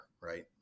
right